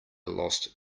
lost